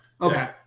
Okay